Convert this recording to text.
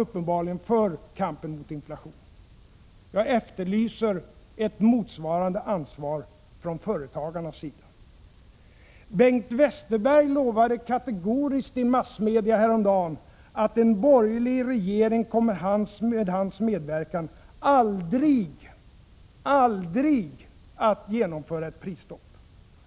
uppenbarligen fortfarande — för kampen mot inflationen. Jag efterlyser ett motsvarande ansvar från företagarnas sida. Bengt Westerberg lovade kategoriskt i massmedia häromdagen att en borgerlig regering med hans medverkan aldrig kommer att genomföra ett prisstopp.